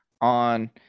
on